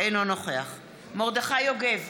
אינו נוכח מרדכי יוגב,